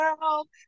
world